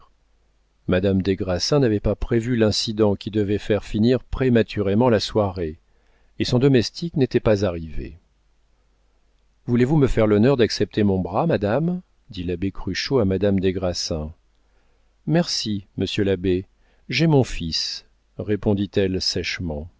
des grassins n'avait pas prévu l'incident qui devait faire finir prématurément la soirée et son domestique n'était pas arrivé voulez-vous me faire l'honneur d'accepter mon bras madame dit l'abbé cruchot à madame des grassins merci monsieur l'abbé j'ai mon fils répondit-elle sèchement